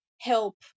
help